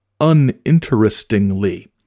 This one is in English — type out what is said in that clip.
uninterestingly